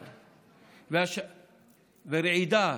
ורעידה,